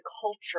culture